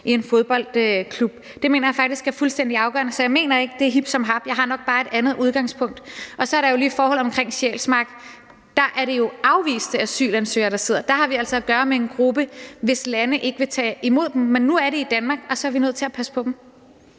i en fodboldklub. Det mener jeg faktisk er fuldstændig afgørende, så jeg mener ikke, det er hip som hap. Jeg har nok bare et andet udgangspunkt. Og så er der forholdene omkring Sjælsmark: Der er det jo afviste asylansøgere der sidder, så der har vi altså at gøre med en gruppe, hvis lande ikke vil tage imod dem; men nu er de i Danmark, og derfor er vi nødt til at passe på dem.